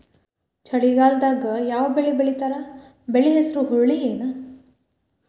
ಚಳಿಗಾಲದಾಗ್ ಯಾವ್ ಬೆಳಿ ಬೆಳಿತಾರ, ಬೆಳಿ ಹೆಸರು ಹುರುಳಿ ಏನ್?